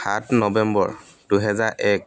সাত নৱেম্বৰ দুহেজাৰ এক